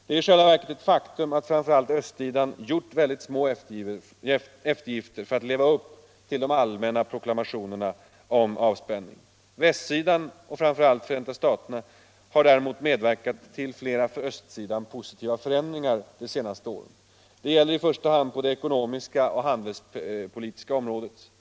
Det är i själva verket ett faktum att framför allt östsidan gjort väldigt små eftergifter för att leva upp till de allmänna proklamationerna om avspänning. Västsidan, och framför allt Förenta staterna, har däremot medverkat till flera för östsidan positiva förändringar det senaste året. Det gäller i första hand på det ekonomiska och handelspolitiska området.